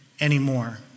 anymore